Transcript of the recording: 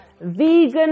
vegan